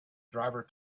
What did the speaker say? driver